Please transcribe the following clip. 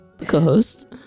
co-host